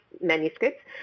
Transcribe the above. manuscripts